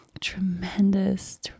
tremendous